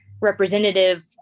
representative